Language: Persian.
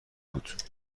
بود